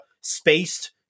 spaced